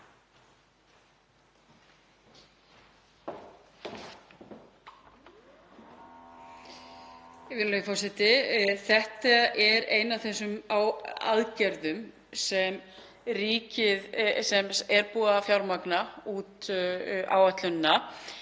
Þetta er ein af þeim aðgerðum sem er búið að fjármagna út áætlunina.